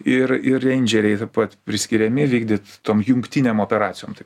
ir ir reindžeriai taip pat priskiriami vykdyt tom jungtinėm operacijom taip